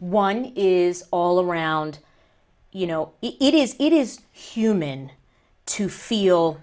one is all around you know it is it is human to feel